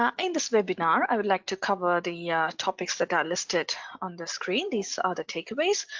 um in this webinar i would like to cover the yeah topics that are listed on the screen. these are the takeaways.